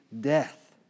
death